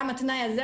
גם התנאי הזה,